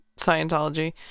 Scientology